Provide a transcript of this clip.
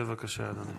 בבקשה אדוני.